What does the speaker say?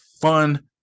fun